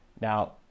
now